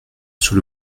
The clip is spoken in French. sous